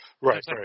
Right